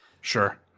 Sure